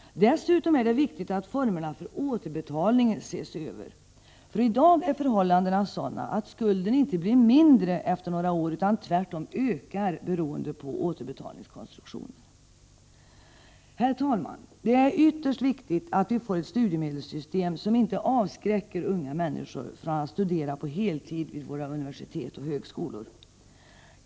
Dessutom är det viktigt att formerna för återbetalningen ses över. I dag är förhållandena nämligen sådana att skulden inte blir mindre efter några år utan i stället ökar den beroende på konstruktionen av villkoren för återbetalning. Herr talman! Det är ytterst viktigt att vi får ett studiemedelssystem som inte avskräcker unga människor från att studera på heltid vid våra universitet och högskolor.